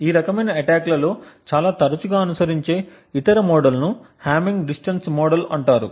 ఈ రకమైన అటాక్ లలో చాలా తరచుగా అనుసరించే ఇతర మోడల్ను హామ్మింగ్ డిస్టన్స్ మోడల్ అంటారు